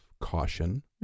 caution